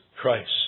Christ